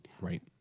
Right